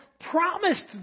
promised